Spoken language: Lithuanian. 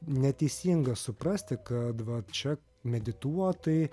neteisinga suprasti kad va čia medituot tai